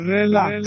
Relax